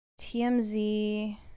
tmz